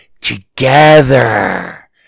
together